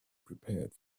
prepared